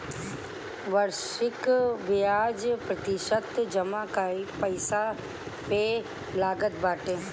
वार्षिक बियाज प्रतिशत जमा पईसा पे लागत बाटे